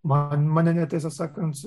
man mane net tiesą sakant